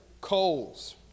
Coals